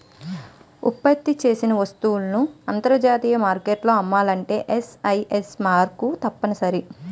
ఉత్పత్తి చేసిన వస్తువులను అంతర్జాతీయ మార్కెట్లో అమ్మాలంటే ఐఎస్ఐ మార్కు తప్పనిసరి